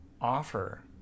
offer